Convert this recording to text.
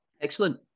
Excellent